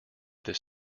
this